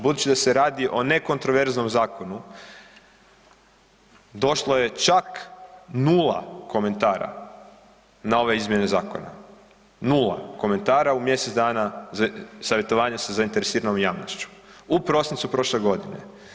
Budući da se radi o nekontroverznom zakonu došlo je čak 0 komentara na ove izmjene zakona, 0 komentara u mjesec dana savjetovanja sa zainteresiranom javnošću u prosincu prošle godine.